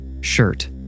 Shirt